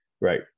right